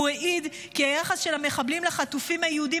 הוא העיד כי היחס של המחבלים לחטופים היהודים